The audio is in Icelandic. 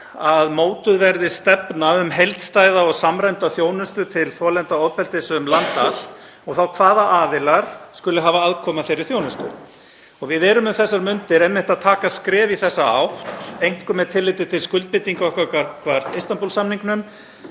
að mótuð verði stefna um heildstæða og samræmda þjónustu til þolenda ofbeldis um land allt og þá hvaða aðilar skuli hafa aðkomu að þeirri þjónustu. Við erum um þessar mundir einmitt að taka skref í þessa átt, einkum með tilliti til skuldbindinga okkar gagnvart Istanbúl-samningnum,